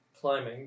climbing